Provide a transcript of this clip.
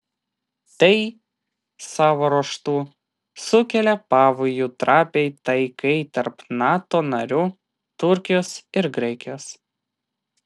tai savo ruožtu sukėlė pavojų trapiai taikai tarp nato narių turkijos ir graikijos